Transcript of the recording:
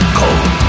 cold